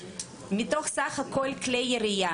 מתוך סך הכל כלי ירייה